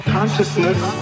Consciousness